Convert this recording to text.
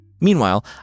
Meanwhile